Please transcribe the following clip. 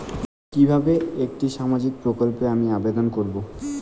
কিভাবে একটি সামাজিক প্রকল্পে আমি আবেদন করব?